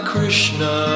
Krishna